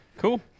Cool